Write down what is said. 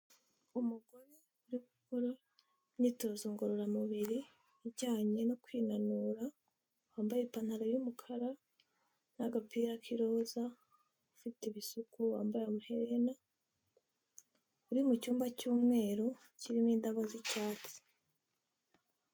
Umugore uri gukora imyitozo ngororamubiri ijyanye no kwinanura, wambaye ipantaro y'umukara n'agapira k'iroza, ufite ibisuko wambaye amaherena, uri mu cyumba cy'umweru kirimo indabo z'icyatsi.